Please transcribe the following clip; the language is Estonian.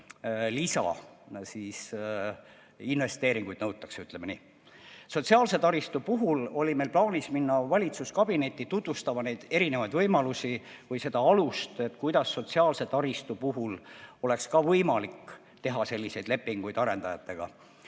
lisainvesteeringuid nõutakse, ütleme nii. Sotsiaalse taristu teemal oli meil plaanis minna valitsuskabinetti tutvustama neid erinevaid võimalusi või seda alust, kuidas sotsiaalse taristu puhul oleks võimalik selliseid lepinguid arendajatega